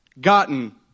gotten